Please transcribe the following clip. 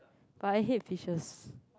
but I hate fishes